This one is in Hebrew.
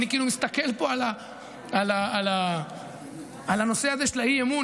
אני כאילו מסתכל פה על הנושא הזה של האי-אמון,